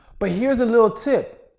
but, here's a little tip.